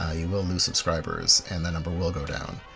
ah you will lose subscribers and that number will go down.